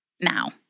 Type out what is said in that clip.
now